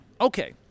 Okay